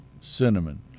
cinnamon